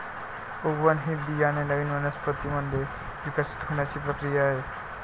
उगवण ही बियाणे नवीन वनस्पतीं मध्ये विकसित होण्याची प्रक्रिया आहे